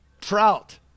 trout